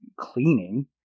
cleaning